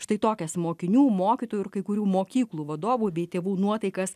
štai tokias mokinių mokytojų ir kai kurių mokyklų vadovų bei tėvų nuotaikas